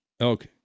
Okay